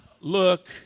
look